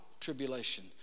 tribulation